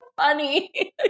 funny